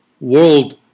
world